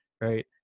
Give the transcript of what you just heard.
right